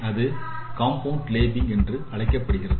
அது கூறு லேபிளிங் என்று அழைக்கப்படுகின்றது